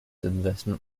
investment